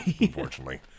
unfortunately